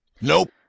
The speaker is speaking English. Nope